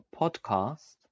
podcast